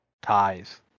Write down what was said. Ties